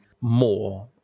more